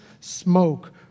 smoke